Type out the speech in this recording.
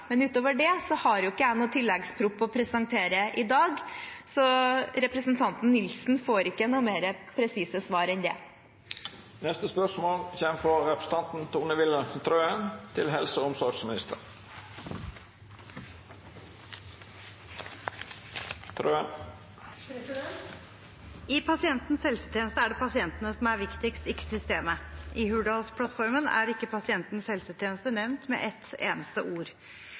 Utover det har ikke jeg noen tilleggsproposisjon å presentere i dag, så representanten Nilsen får ikke noe mer presise svar enn det. «I pasientens helsetjeneste er det pasientene som er viktigst, ikke systemet. I Hurdalsplattformen er ikke pasientens helsetjeneste nevnt med ett eneste ord.